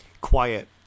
quiet